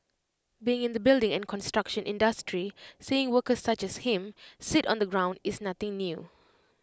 being in the building and construction industry seeing workers such as him sit on the ground is nothing new